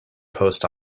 post